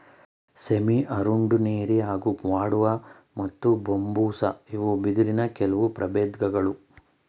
ಸೆಮಿಅರುಂಡಿನೆರಿ ಹಾಗೂ ಗ್ವಾಡುವ ಮತ್ತು ಬಂಬೂಸಾ ಇವು ಬಿದಿರಿನ ಕೆಲ್ವು ಪ್ರಬೇಧ್ಗಳು